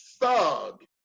thug